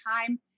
time